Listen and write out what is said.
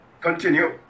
Continue